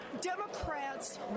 Democrats